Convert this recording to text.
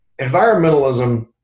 Environmentalism